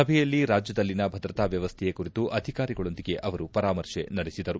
ಸಭೆಯಲ್ಲಿ ರಾಜ್ಯದಲ್ಲಿನ ಭದ್ರತಾ ವ್ನವಸ್ಥೆಯ ಕುರಿತು ಅಧಿಕಾರಿಗಳೊಂದಿಗೆ ಅವರು ಪರಾಮರ್ಶೆ ನಡೆಸಿದರು